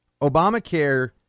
Obamacare